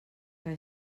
que